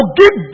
give